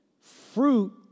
Fruit